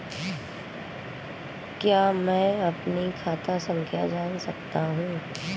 क्या मैं अपनी खाता संख्या जान सकता हूँ?